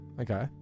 Okay